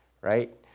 right